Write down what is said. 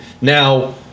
Now